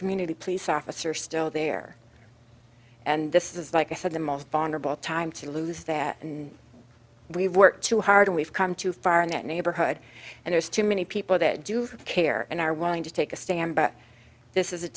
community police officer still there and this is like i said the most honorable time to lose that we've worked too hard and we've come too far in that neighborhood and there's too many people that do care and are willing to take a stand but this is a